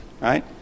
Right